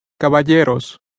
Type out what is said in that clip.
Caballeros